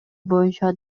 боюнча